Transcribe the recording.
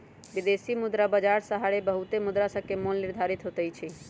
विदेशी मुद्रा बाजार सहारे बहुते मुद्रासभके मोल निर्धारित होतइ छइ